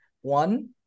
One